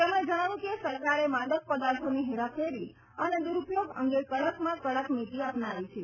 તેમજ્ઞે જજ્ઞાવ્યું કે સરકારે માદક દ્રવ્યોની હેરાફેરી અને દ્દરુપયોગ અંગે કડકમાં કડક નીતી અપનાવી છે